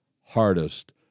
hardest